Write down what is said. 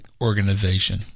organization